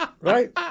Right